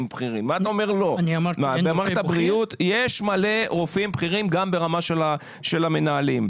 יש מלא רופאים בכירים גם ברמת המנהלים.